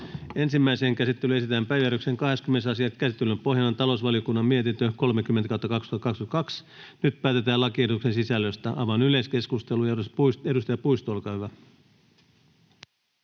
Ensimmäiseen käsittelyyn esitellään päiväjärjestyksen 20. asia. Käsittelyn pohjana on talousvaliokunnan mietintö TaVM 30/2022 vp. Nyt päätetään lakiehdotusten sisällöstä. — Avaan yleiskeskustelun. Edustaja Puisto, olkaa hyvä.